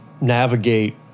navigate